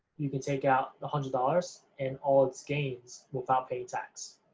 you can take out the hundred dollars and all its gains without paying tax,